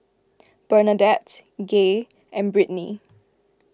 Bernadette Gaye and Brittnie